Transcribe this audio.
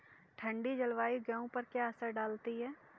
ठंडी जलवायु गेहूँ पर क्या असर डालती है?